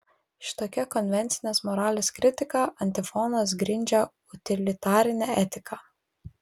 šitokia konvencinės moralės kritika antifonas grindžia utilitarinę etiką